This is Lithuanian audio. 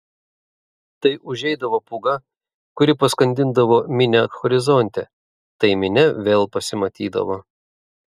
tai užeidavo pūga kuri paskandindavo minią horizonte tai minia vėl pasimatydavo